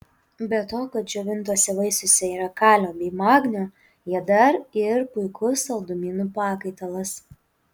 be to kad džiovintuose vaisiuose yra kalio bei magnio jie dar ir puikus saldumynų pakaitalas